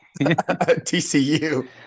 TCU